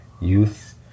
youth